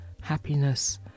happiness